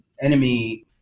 enemy